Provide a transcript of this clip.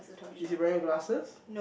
is he wearing glasses